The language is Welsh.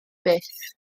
byth